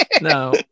no